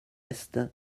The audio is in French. est